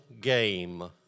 game